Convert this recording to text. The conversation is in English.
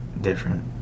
different